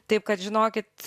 taip kad žinokit